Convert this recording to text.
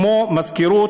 כמו מזכירות,